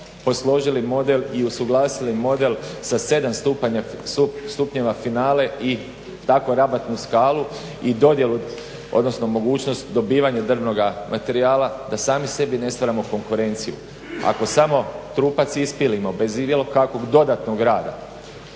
posložili model i usuglasili model sa 7 stupnjeva finale i tako rabatnu skalu i mogućnost dobivanja drvnoga materijala da sami sebi ne stvaramo konkurenciju. Ako samo trupac ispilimo bez bilo kakvog dodatnog rada